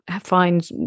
find